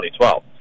2012